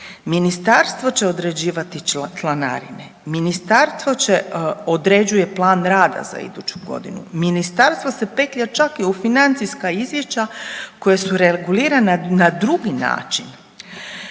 Ministarstvo će određivati članarine, ministarstvo određuje plan rada za iduću godinu, ministarstvo se petlja čak i u financijska izvješća koja su regulirana na drugi način.